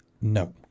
No